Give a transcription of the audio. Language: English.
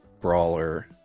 brawler